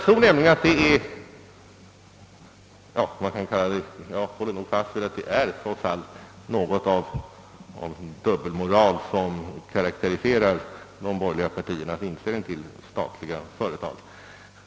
Trots det som här sagts tycker jag det är något av en dubbelmoral som karakteriserar de borgerliga partiernas inställning till statliga företag.